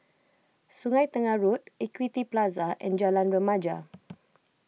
Sungei Tengah Road Equity Plaza and Jalan Remaja